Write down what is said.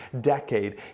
decade